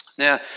Now